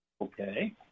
okay